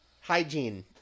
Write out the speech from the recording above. hygiene